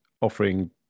offering